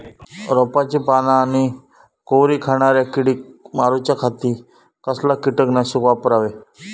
रोपाची पाना आनी कोवरी खाणाऱ्या किडीक मारूच्या खाती कसला किटकनाशक वापरावे?